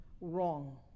wrong